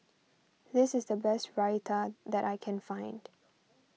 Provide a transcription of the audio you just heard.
this is the best Raita that I can find